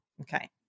Okay